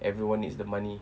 everyone needs the money